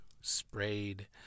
sprayed